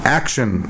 action